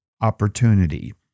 opportunity